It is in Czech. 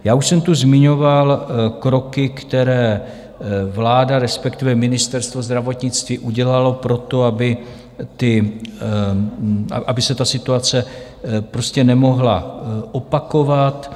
Já už jsem tu zmiňoval kroky, které vláda, respektive Ministerstvo zdravotnictví, udělalo pro to, aby se ta situace nemohla opakovat.